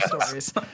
stories